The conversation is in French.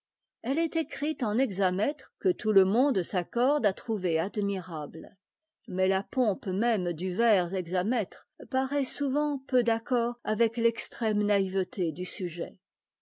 elle est écrite en hexamètres que tout le monde s'accorde à trouver admirables mais la pompe même du vers hexamètre paraît souvent peu d'accord avec l'extrême naïveté du sujet